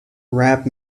rap